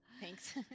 Thanks